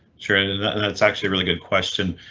sure, and yeah and that's actually really good question.